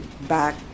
back